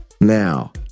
Now